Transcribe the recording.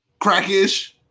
crackish